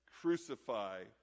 Crucify